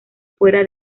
fuera